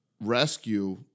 rescue